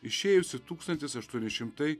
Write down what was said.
išėjusi tūkstantis aštuoni šimtai